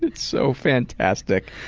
so fantastic.